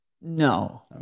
No